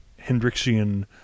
Hendrixian